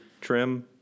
trim